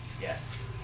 Yes